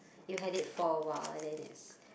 you had a for awhile and then it's